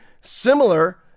similar